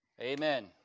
amen